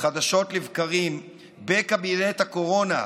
חדשות לבקרים בקבינט הקורונה,